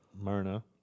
Myrna